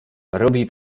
robi